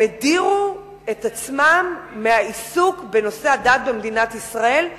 הם הדירו את עצמם מהעיסוק בנושא הדת במדינת ישראל,